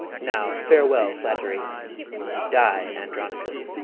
now farewell, flatt'ry die, andronicus.